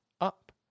up